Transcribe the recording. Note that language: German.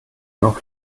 noch